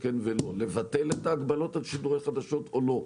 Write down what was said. כן ולא לבטל את ההגבלות על שידורי חדשות או לא?